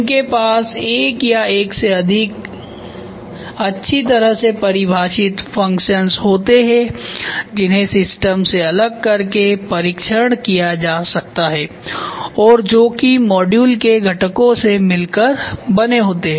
उनके पास एक या एक से अधिक अच्छी तरह से परिभाषित फंक्शन्स होते हैं जिन्हें सिस्टम से अलग करके परीक्षण किया जा सकता है और जो की मॉड्यूल के घटकों से मिलकर बने होते है